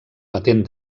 patent